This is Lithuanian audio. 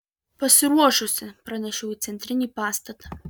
pasiruošusi pranešiau į centrinį pastatą